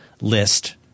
list